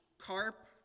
Carp